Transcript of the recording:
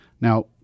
Now